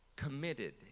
Committed